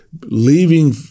leaving